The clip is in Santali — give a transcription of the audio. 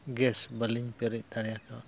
ᱜᱮᱥ ᱵᱟᱹᱞᱤᱧ ᱯᱮᱨᱮᱡ ᱫᱟᱲᱮ ᱠᱟᱣᱫᱟ